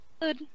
Good